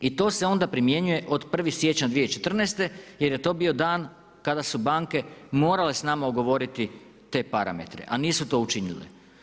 I to se onda primjenjuje od 1. siječnja 2014. jer je to bio dan kada su banke morale s nama ugovoriti te parametre, a nisu to učinili.